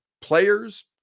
players